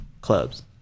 clubs